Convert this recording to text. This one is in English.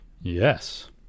Yes